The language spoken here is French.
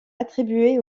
attribués